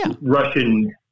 Russian